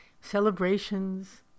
celebrations